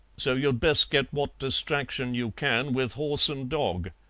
so you'd best get what distraction you can with horse and dog.